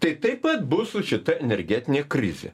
tai taip pat bus su šita energetine krize